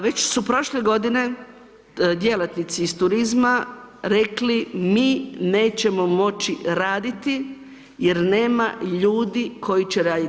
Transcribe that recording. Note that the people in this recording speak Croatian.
Već su prošle godine djelatnici iz turizma rekli mi nećemo moći raditi jer nema ljudi koji će raditi.